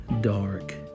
dark